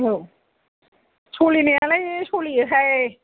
औ सलिनायालाय सलियोहाय